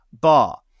Bar